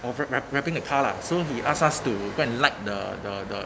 of rep~ wrapping the car lah so he ask us to go and like the the the